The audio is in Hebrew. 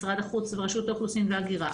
משרד החוץ ורשות האוכלוסין וההגירה,